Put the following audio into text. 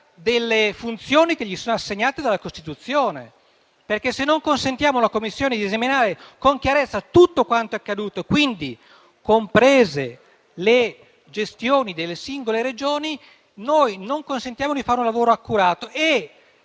delle funzioni che le sono assegnate dalla Costituzione. Se non consentiamo alla Commissione di esaminare con chiarezza tutto quanto è accaduto, comprese le gestioni delle singole Regioni, non le consentiamo di fare un lavoro accurato.